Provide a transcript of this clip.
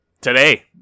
today